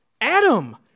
Adam